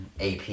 ap